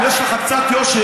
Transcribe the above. אם יש לך קצת יושר,